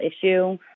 issue